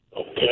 Okay